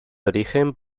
origen